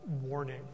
warning